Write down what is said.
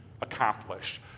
accomplished